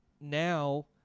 now